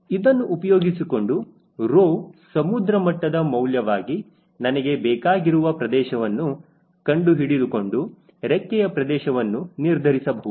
ಇದನ್ನು ಉಪಯೋಗಿಸಿಕೊಂಡು Rho ಸಮುದ್ರ ಮಟ್ಟದ ಮೌಲ್ಯವಾಗಿ ನನಗೆ ಬೇಕಾಗಿರುವ ಪ್ರದೇಶವನ್ನು ಕಂಡುಹಿಡಿದುಕೊಂಡು ರೆಕ್ಕೆಯ ಪ್ರದೇಶವನ್ನು ನಿರ್ಧರಿಸಬಹುದು